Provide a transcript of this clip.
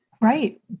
right